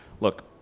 look